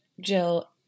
Jill